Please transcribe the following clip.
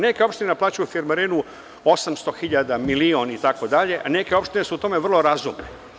Neka opština naplaćuje firmarinu 800 hiljada, milion, itd, a neke opštine su o tome vrlo razumne.